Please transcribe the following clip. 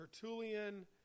Tertullian